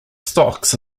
stocks